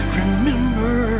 remember